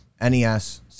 NES